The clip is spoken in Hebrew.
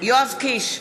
יואב קיש,